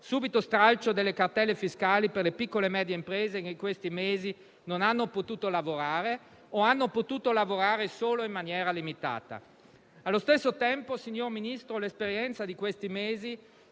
subito lo stralcio delle cartelle fiscali per le piccole e medie imprese, che in questi mesi non hanno potuto lavorare o hanno potuto lavorare solo in maniera limitata. Allo stesso tempo, signor Ministro, l'esperienza di questi mesi